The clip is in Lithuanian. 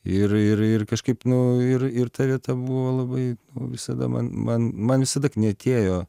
ir ir ir kažkaip nu ir ir ta vieta buvo labai visada man man man visada knietėjo